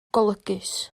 golygus